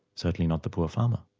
certainly not the poor farmer.